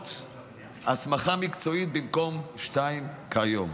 דרגות הסמכה מקצועית, במקום שתיים כיום.